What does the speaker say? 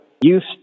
use